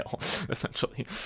essentially